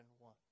one